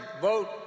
vote